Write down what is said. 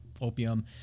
Opium